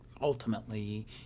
ultimately